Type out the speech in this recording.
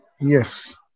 Yes